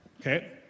Okay